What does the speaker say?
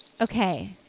okay